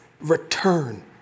return